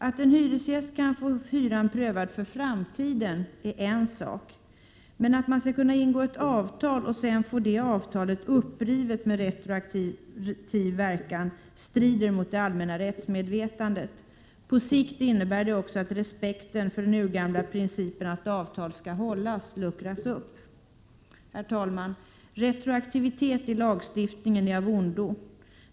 Att en hyresgäst kan få hyran prövad för framtiden är en sak. Men att man skall kunna ingå ett avtal och sedan få det avtalet upprivet med retroaktiv verkan strider mot det allmänna rättsmedvetandet. På sikt innebär det också att respekten för den urgamla principen att avtal skall hållas luckras upp. Herr talman! Retroaktivitet i lagstiftningen är av ondo.